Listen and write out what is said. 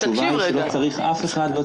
התשובה היא שלא צריך אף אחד.